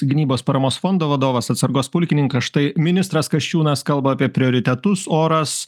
gynybos paramos fondo vadovas atsargos pulkininkas štai ministras kasčiūnas kalba apie prioritetus oras